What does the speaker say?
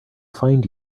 find